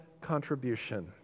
contribution